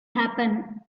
happen